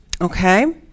Okay